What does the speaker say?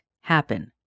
happen